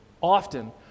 often